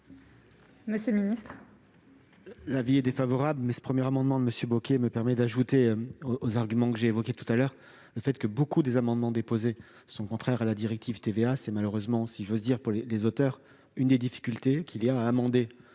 monsieur le ministre,